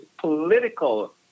political